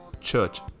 Church